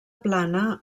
plana